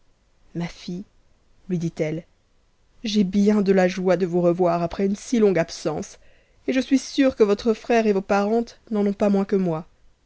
ma fille lui dit hc j'ai bien de la joie de vous revoir hp une si longue absence et je suis sûre que votre frère et vos parentes n'en ont pas moins que moi